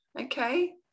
okay